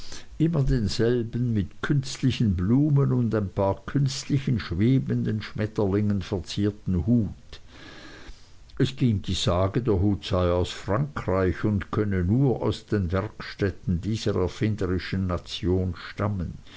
immer denselben mit künstlichen blumen und ein paar künstlichen schwebenden schmetterlingen verzierten hut es ging die sage der hut sei aus frankreich und könne nur aus den werkstätten dieser erfinderischen nation stammen